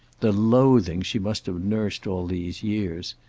the loathing she must have nursed all these years.